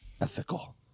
Ethical